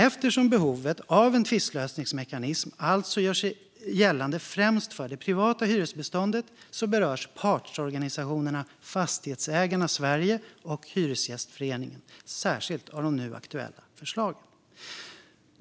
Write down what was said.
Eftersom behovet av en tvistlösningsmekanism alltså gör sig gällande främst för det privata hyresbeståndet berörs partsorganisationerna Fastighetsägarna Sverige och Hyresgästföreningen särskilt av de nu aktuella förslagen.